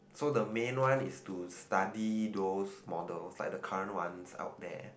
so the main one is to study those models like the current ones out there